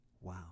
Wow